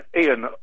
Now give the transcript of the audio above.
Ian